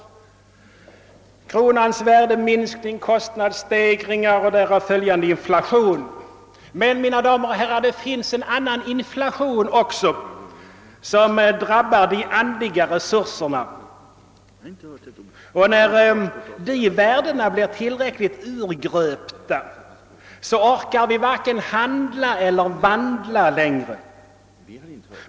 Man har pekat på kronans värdeminskning, på kostnadsstegringarna och den därav följande inflationen o.s.v. Men, mina damer och herrar, det finns också en annan inflation, som drabbar de andliga resurserna i vårt land, och när de värdena blir tillräckligt urgröpta orkar vi varken handla eller vandla längre.